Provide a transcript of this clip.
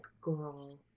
girl